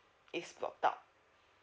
it's locked up